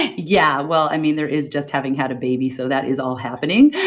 and yeah. well, i mean there is just having had a baby, so that is all happening